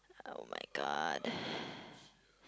[oh]-my-god